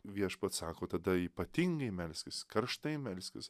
viešpats sako tada ypatingai melskis karštai melskis